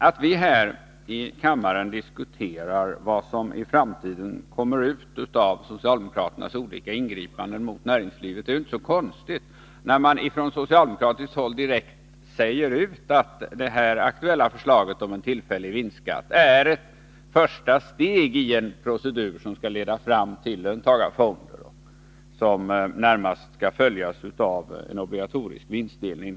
Att vi här i kammaren diskuterar vad som i framtiden kommer ut av socialdemokraternas olika ingripanden mot näringslivet är inte så konstigt, när man från socialdemokratiskt håll direkt säger att det aktuella förslaget om en tillfällig vinstskatt är ett första steg i en procedur som skall leda fram till löntagarfonder, vilka närmast skall föregås av en obligatorisk vinstdelning.